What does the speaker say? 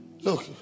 Look